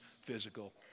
physical